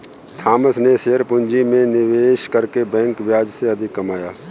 Thomas ने share पूंजी में निवेश करके बैंक ब्याज से अधिक कमाया